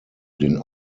den